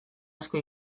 asko